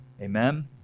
Amen